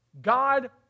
God